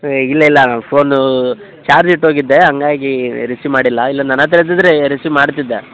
ಇಲ್ಲ ಇಲ್ಲ phone charge ಇಟ್ಟು ಹೋಗಿದ್ದೆ ಹಂಗಾಗೀ ರಿಸೀವ್ ಮಾಡಿಲ್ಲ ಇಲ್ಲ ನನ್ನಹತ್ರ ಇದ್ದಿದ್ರೆ ರಿಸೀವ್ ಮಾಡ್ತಿದ್ದೆ